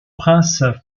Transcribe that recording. prince